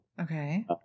Okay